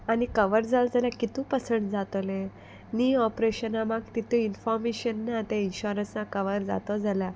आनी कवर जाल जाल्यार कितू पसण्ट जातोलें नी ऑप्रेशना म्हाक तितू इन्फॉर्मेशन ना तें इन्शॉरन्सा कवर जातो जाल्या